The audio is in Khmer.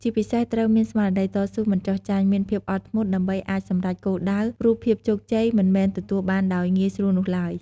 ជាពិសេសត្រូវ មានស្មារតីតស៊ូមិនចុះចាញ់ មានភាពអត់ធ្មត់ ដើម្បីអាចសម្រេចគោលដៅ ព្រោះភាពជោគជ័យមិនមែនទទួលបានដោយងាយស្រួលនោះឡើយ។